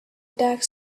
tax